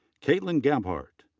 kaitlyn gabhart.